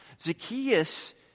Zacchaeus